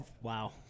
Wow